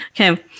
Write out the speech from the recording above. Okay